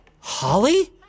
Holly